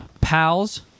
pals